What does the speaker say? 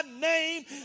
name